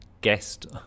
guest